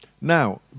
Now